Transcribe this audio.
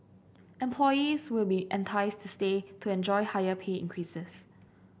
employees will be enticed to stay to enjoy higher pay increases